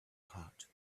heart